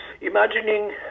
imagining